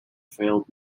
failed